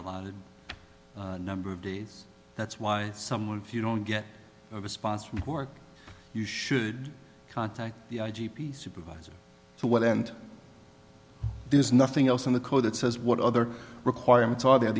allotted number of days that's why someone if you don't get a response from work you should contact the i g p supervisor so what and there's nothing else in the code that says what other requirements are the